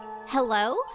Hello